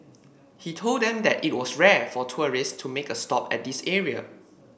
he told them that it was rare for tourists to make a stop at this area